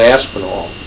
Aspinall